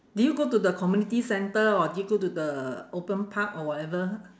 did you go to the community centre or did you go to the open park or whatever